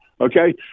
okay